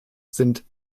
sind